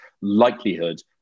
likelihood